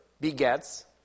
begets